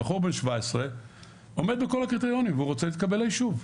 בחור בן 17 עומד בכל הקריטריונים והוא רוצה להתקבל ליישוב,